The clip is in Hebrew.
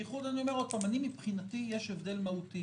ושוב, אני אומר עוד פעם: מבחינתי יש הבדל מהותי